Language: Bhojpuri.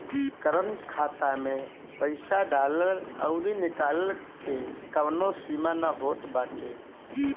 करंट खाता में पईसा डालला अउरी निकलला के कवनो सीमा ना होत बाटे